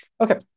Okay